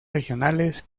regionales